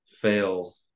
fail